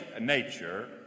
nature